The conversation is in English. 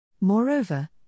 Moreover